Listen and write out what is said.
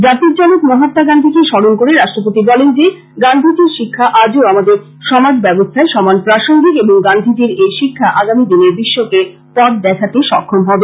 জাতির জনক মহাত্মা গান্ধীকে স্মরণ করে রাষ্ট্রপতি বলেন যে গান্ধীজীর শিক্ষা আজও আমাদের সমাজ ব্যবস্থ্যায় সমান প্রাসঙ্গিক এবং গান্ধিজীর এই শিক্ষা আগামী দিনে বিশ্বকে পথ দেখাতে সক্ষম হবে